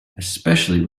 especially